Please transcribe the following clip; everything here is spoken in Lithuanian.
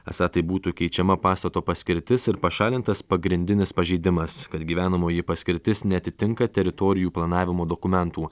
esą taip būtų keičiama pastato paskirtis ir pašalintas pagrindinis pažeidimas kad gyvenamoji paskirtis neatitinka teritorijų planavimo dokumentų